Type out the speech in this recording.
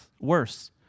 worse